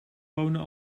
wonen